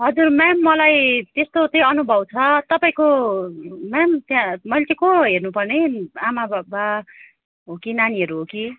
ma'am मलाई त्यस्तो चाहिँ अनुभव छ तपाईँको म्याम त्यहाँ मैले चाहिँ को हो हेर्नपर्ने आमाबाबा हो कि नानीहरू हो कि